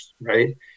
right